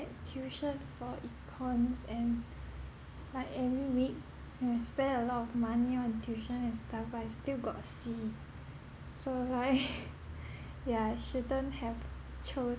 had tuition for econs and like every week and I spend a lot of money on tuition and stuff but I still got a C so like yeah shouldn't have chose